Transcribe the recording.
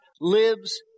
lives